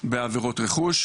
בעבירות רכוש,